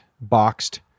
boxed